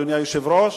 אדוני היושב-ראש,